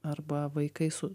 arba vaikai su